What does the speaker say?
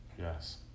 Yes